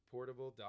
Portable